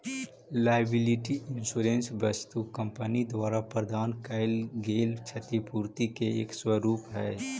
liability insurance वस्तु company द्वारा प्रदान कैइल गेल क्षतिपूर्ति के एक स्वरूप हई